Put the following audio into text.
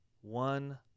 one